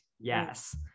Yes